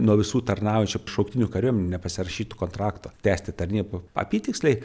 nuo visų tarnaujančių šauktinių kariuomenėj nepasirašytų kontrakto tęsti tarnybą apytiksliai